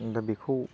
दा बेखौ